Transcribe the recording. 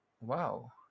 wow